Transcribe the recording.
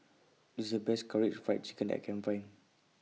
This IS The Best Karaage Fried Chicken I Can Find